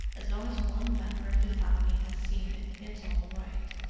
as long as one member of the family has seen it, it's all right.